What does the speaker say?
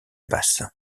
basse